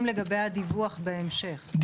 לגבי הדיווח בהמשך.